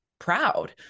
proud